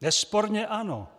Nesporně ano.